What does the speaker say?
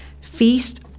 feast